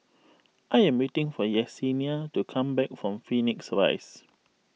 I am waiting for Yesenia to come back from Phoenix Rise